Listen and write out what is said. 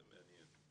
זה מעניין.